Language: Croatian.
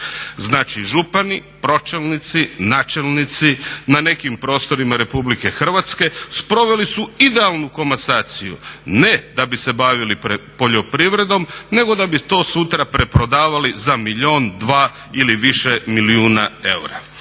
Znači župani, pročelnici, načelnici na nekim prostorima RH sproveli su idealnu komasaciju. Ne da bi se bavili poljoprivredom nego da bi to sutra preprodavali za milijun, dva ili više milijuna eura.